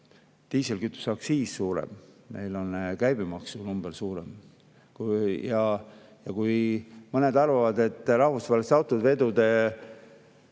diislikütuse aktsiis suurem, meil on käibemaksunumber suurem. Ja kui mõned arvavad, et rahvusvaheliste autovedude